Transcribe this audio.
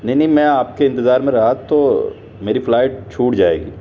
نہیں نہیں میں آپ کے انتظار میں رہا تو میری فلائٹ چھوٹ جائے گی